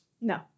No